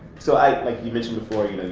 so like you mentioned before,